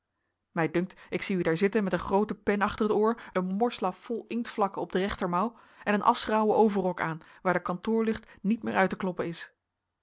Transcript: mij dunkt ik zie u daar zitten met een groote pen achter t oor een morslap vol inktvlakken op de rechtermouw en een aschgrauwen overrok aan waar de kantoorlucht niet meer uit te kloppen is